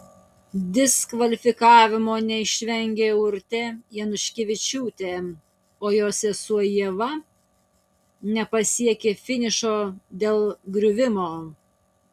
diskvalifikavimo neišvengė urtė januškevičiūtė o jos sesuo ieva nepasiekė finišo dėl griuvimo